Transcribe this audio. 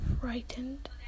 frightened